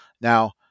now